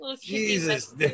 Jesus